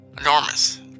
enormous